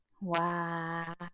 Wow